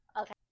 Okay